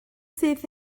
syth